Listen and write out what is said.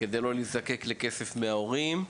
כדי לא להזדקק לכסף מההורים.